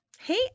Hey